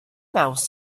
mouse